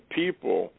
people